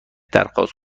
درخواست